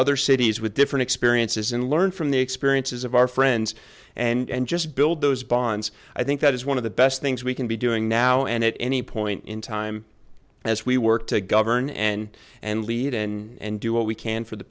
other cities with different experiences and learn from the experiences of our friends and just build those bonds i think that is one of the best things we can be doing now and at any point in time as we work to govern and and lead and do what we can for the